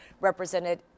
represented